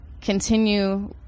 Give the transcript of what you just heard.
continue